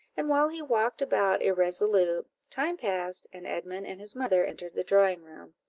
and while he walked about irresolute, time passed, and edmund and his mother entered the drawing-room,